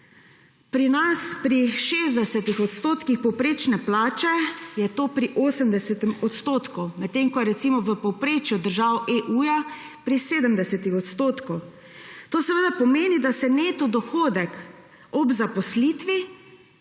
Pri nas, pri 60 odstotkih povprečne plače, je to pri 80 odstotkih, medtem ko, recimo, v povprečju držav EU-ja pri 70 odstotkih. To seveda pomeni, da se neto dohodek ob zaposlitvi